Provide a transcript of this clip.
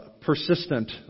persistent